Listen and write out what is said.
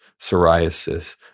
psoriasis